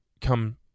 Come